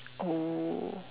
oh